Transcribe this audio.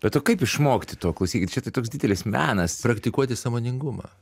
be to kaip išmokti to klausykit čia tai toks didelis menas praktikuoti sąmoningumą